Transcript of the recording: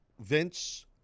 Vince